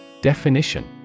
Definition